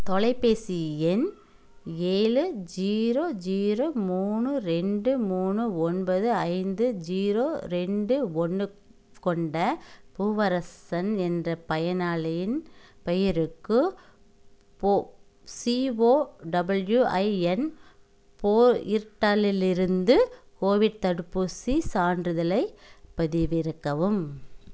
தொலைபேசி எண் ஏழு ஜீரோ ஜீரோ மூணு ரெண்டு மூணு ஒன்பது ஐந்து ஜீரோ ரெண்டு ஒன்று கொண்ட பூவரசன் என்ற பயனாளியின் பெயருக்கு போ சிஓடபுள்யூஐஎன் போர்ட்டலில் இருந்து கோவிட் தடுப்பூசிச் சான்றிதழைப் பதிவிறக்கவும்